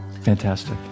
Fantastic